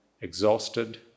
exhausted